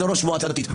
זה ראש מועצה דתית.